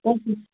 कोसिस